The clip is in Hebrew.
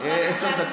חבריי חברי הכנסת,